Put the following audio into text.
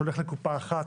שהולכים לקופה אחת,